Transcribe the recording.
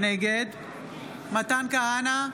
נגד מתן כהנא,